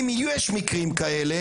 אם יש מקרים כאלה,